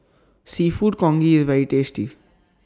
Seafood Congee IS very tasty